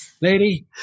Lady